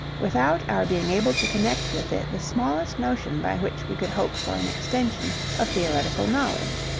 without our being able to connect with it the smallest notion by which we could hope for an extension of theoretical knowledge.